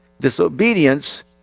disobedience